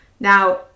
Now